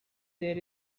there